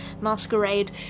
masquerade